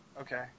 Okay